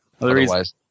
Otherwise